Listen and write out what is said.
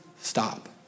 stop